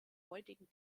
heutigen